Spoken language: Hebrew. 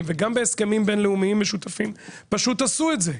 וגם בהסכמים בינלאומיים משותפים פשוט עשו את זה,